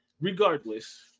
Regardless